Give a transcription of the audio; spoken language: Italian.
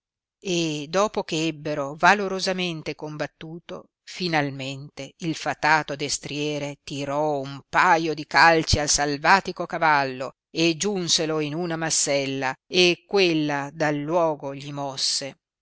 e dopo che ebbero valorosamente combattuto finalmente il fatato destriere tirò un paio di calci al salvatico cavallo e giunselo in una massella e quella dal luogo gli mosse